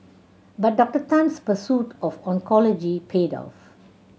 but Doctor Tan's pursuit of oncology paid off